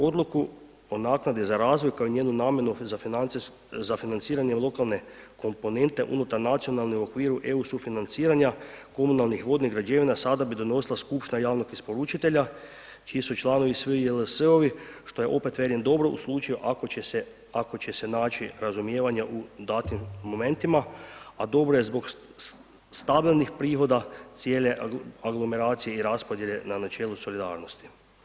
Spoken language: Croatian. Odluku o naknadi za razvoj kao i njenu namjenu za financiranje lokalne komponente unutar nacionalne u okviru EU sufinanciranja komunalnih vodnih građevina sada bi donosila skupština javnog isporučitelja čiji su članovi svi JLS-ovi što je opet velim dobro u slučaju ako će se, ako će se naći razumijevanja u datim momentima, a dobro je zbog stabilnih prihoda cijele aglomeracije i raspodjele na načelu solidarnosti.